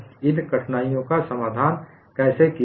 इन कठिनाइयों का समाधान कैसे किया गया